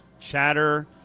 chatter